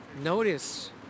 notice